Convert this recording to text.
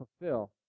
fulfill